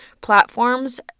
platforms